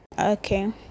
okay